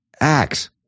acts